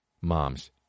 Mom's